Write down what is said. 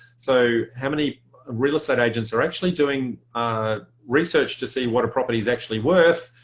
so how many real estate agents are actually doing research to see what a property is actually worth.